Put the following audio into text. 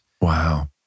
Wow